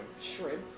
Shrimp